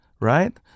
right